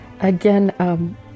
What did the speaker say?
Again